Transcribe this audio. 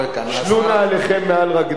לכן, שלו נעליכם מעל רגליכם.